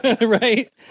right